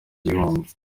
gihunga